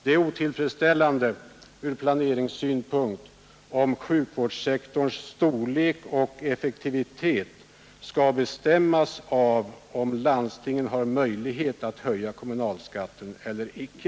Det är otillfredsställande ur planeringssynpunkt om sjukvårdssektorns storlek och effektivitet skall bestämmas av om landstingen har möjlighet att höja kommunalskatten eller icke.